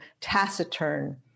taciturn